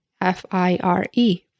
F-I-R-E